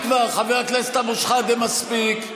חבר הכנסת אבו שחאדה, מספיק.